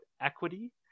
equity